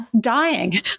dying